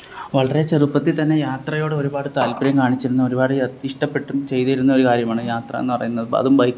വളരെ ചെറുപ്പത്തിൽ തന്നെ യാത്രയോടൊരുപാട് താല്പ്പര്യം കാണിച്ചിരുന്ന ഒരുപാട് യാ ഇഷ്ടപ്പെട്ടും ചെയ്തിരുന്ന ഒര് കാര്യമാണ് യാത്രാ എന്ന് പറയുന്നത് ബ അതും ബൈക്കുകള്